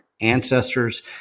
ancestors